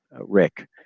Rick